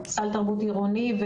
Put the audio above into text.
סל תרבות עירוני.